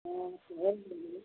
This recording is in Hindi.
हाँ भेज दीजिए